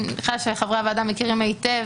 אני מניחה שחברי הוועדה מכירים היטב